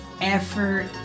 effort